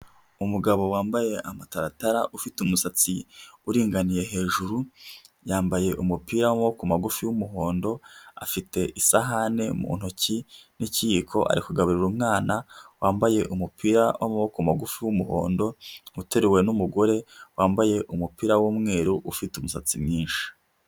Umugabo wambaye amataratara ufite umusatsi uringaniye hejuru, yambaye umupira w'amaboko magufi w'umuhondo, afite isahani mu ntoki n'ikiyiko, ari kugabururira umwana wambaye umupira w'amaboko magufi w'umuhondo, uteruwe n'umugore wambaye umupira w'umweru ufite umusatsi mwinshi.